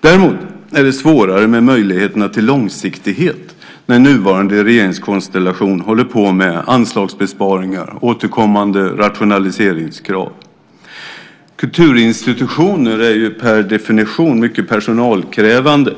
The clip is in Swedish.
Däremot är det svårare med möjligheterna till långsiktighet när nuvarande regeringskonstellation håller på med anslagsbesparingar och återkommande rationaliseringskrav. Kulturinstitutioner är per definition mycket personalkrävande.